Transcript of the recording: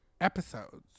episodes